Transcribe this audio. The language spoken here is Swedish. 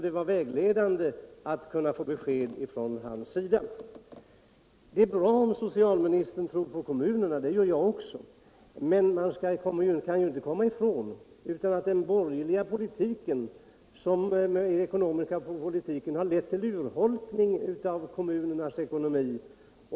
Det vore vägledande att få ett besked från honom. Det är bra att socialministern tror på kommunerna, det gör jag också. Men det går inte att komma ifrån att den borgerliga ekonomiska politiken har lett tillen urholkning av kommunernas ekonomi.